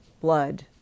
blood